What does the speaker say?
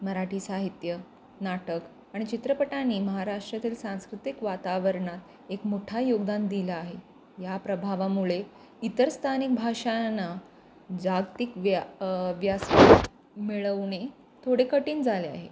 मराठी साहित्य नाटक आणि चित्रपटाने महाराष्ट्रातील सांस्कृतिक वातावरणात एक मोठा योगदान दिलं आहे या प्रभावामुळे इतर स्थानिक भाषांना जागतिक व्या व्यास मिळवणे थोडे कठीण झाले आहे